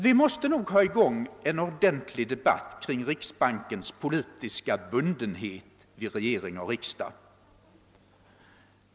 Vi måste nog få i gång en ordentlig debatt kring riksbankens politiska bundenhet till regering och riksdag.